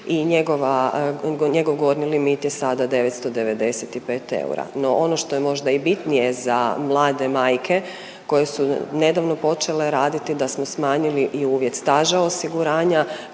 i njegov gornji limit je sada 995 eura. No, ono što je možda i bitnije za mlade majke koje su nedavno počele raditi da smo manjili i uvjet staža osiguranja